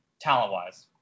talent-wise